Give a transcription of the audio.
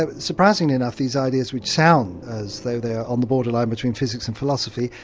ah surprisingly enough these ideas, which sound as though they are on the borderline between physics and philosophy,